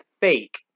fake